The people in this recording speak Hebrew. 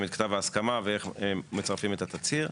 את כתב ההסכמה ואיך מצרפים את התצהיר.